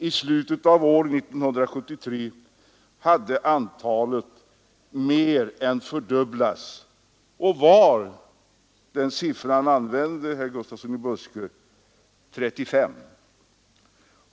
I slutet av 1973 hade antalet mer än fördubblats och var” — den siffran användes av herr Gustafsson i Byske — ”ca 35”.